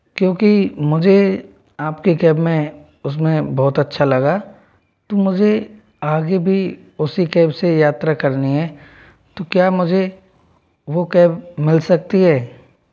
क्योंकि मुझे आपके कैब में उसमें बहुत अच्छा लगा तो मुझे आगे भी उसी कैब से यात्रा करनी है तो क्या मुझे वो कैब मिल सकती है